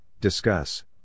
discuss